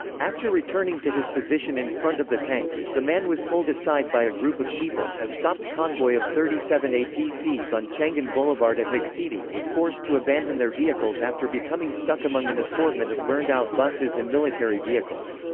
after returning to his position in front of the tanks, the man was pulled aside by a group of people a stopped convoy of thirty seven apcs on changan boulevard at muxidi was forced to abandon their vehicles after becoming stuck among an assortment of burned out buses and military vehicles.